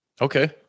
Okay